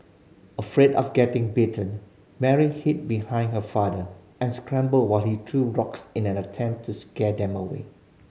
afraid of getting bitten Mary hid behind her father and screamed while he threw rocks in an attempt to scare them away